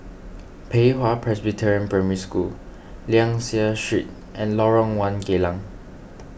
Pei Hwa Presbyterian Primary School Liang Seah Street and Lorong one Geylang